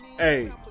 Hey